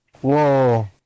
Whoa